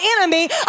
enemy